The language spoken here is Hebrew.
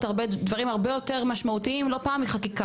דברים הרבה יותר משמעותיים לא פעם מחקיקה.